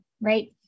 right